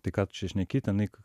tai ką tu čia šneki ten eik